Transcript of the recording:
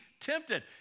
tempted